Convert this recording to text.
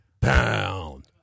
Pound